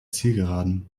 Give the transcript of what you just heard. zielgeraden